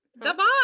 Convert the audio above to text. Goodbye